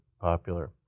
popular